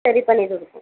சரி பண்ணிகொடுப்போம்